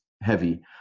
heavy